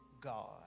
God